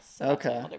Okay